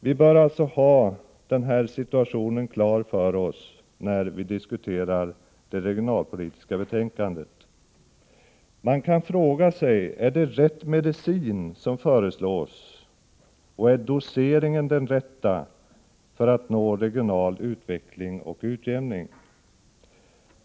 Vi bör alltså ha den här situationen klar för oss när vi diskuterar det regionalpolitiska betänkandet. Man kan fråga sig om det är rätt medicin som föreslås och om doseringen är den rätta för att nå regional utveckling och utjämning.